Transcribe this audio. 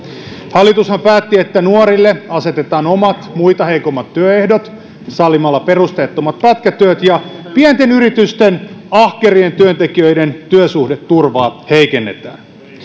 hallitushan päätti että nuorille asetetaan omat muita heikommat työehdot sallimalla perusteettomat pätkätyöt ja että pienten yritysten ahkerien työntekijöiden työsuhdeturvaa heikennetään